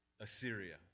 Assyria